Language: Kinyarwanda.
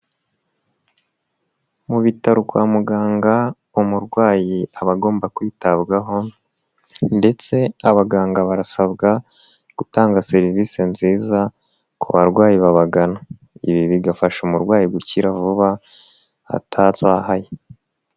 Mu bitaro kwa muganga umurwayi aba agomba kwitabwaho ,ndetse abaganga barasabwa gutanga service nziza ku barwayi babagana. lbi bigafasha umurwayi gukira vuba atazahaye.